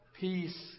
Peace